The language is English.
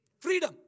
freedom